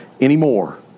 anymore